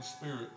spirit